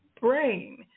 brain